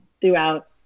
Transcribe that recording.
throughout